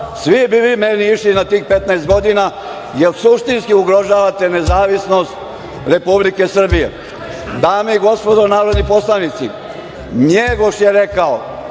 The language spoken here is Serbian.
svi bi vi meni išli na tih 15 godina jer suštinski ugrožavate nezavisnost Republike Srbije. Dame i gospodo narodni poslanici, Njegoš je rekao